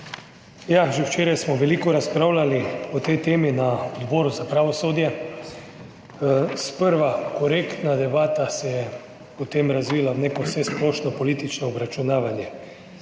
Ja, že včeraj smo veliko razpravljali o tej temi na Odboru za pravosodje. Sprva korektna debata se je potem razvila v neko vsesplošno politično obračunavanje.